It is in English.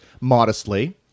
modestly